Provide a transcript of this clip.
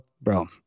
bro